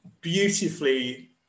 beautifully